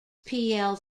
plc